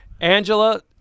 Angela